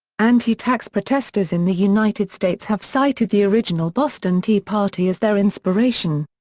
anti-tax protesters in the united states have cited the original boston tea party as their inspiration.